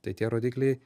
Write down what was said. tai tie rodikliai